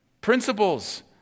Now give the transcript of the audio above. principles